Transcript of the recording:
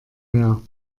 mehr